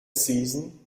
season